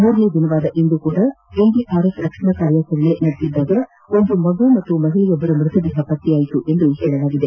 ಮೂರನೇ ದಿನವಾದ ಇಂದು ಕೂಡ ಎನ್ ದಿಆರ್ ಎಫ್ ರಕ್ಷಣಾ ಕಾರ್ಯಾಚರಣೆ ನಡೆಸಿದ್ದಾಗ ಇಂದು ಮಗು ಮತ್ತು ಮಹಿಳೆಯೊಬ್ಬರ ಮೃತದೇಹ ಪತ್ತೆಯಾಗಿದೆ ಎಂದು ಹೇಳಲಾಗಿದೆ